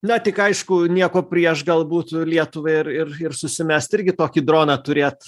na tik aišku nieko prieš galbūt lietuvai ar ir ir susimest irgi tokį droną turėt